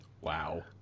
Wow